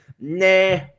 nah